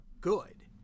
good